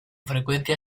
frecuencia